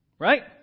right